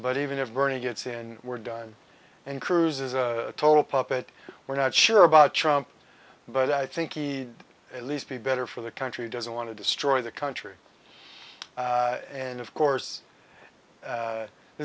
but even if bernie gets in we're done and cruz is a total puppet we're not sure about trump but i think he at least be better for the country doesn't want to destroy the country and of course